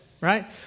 right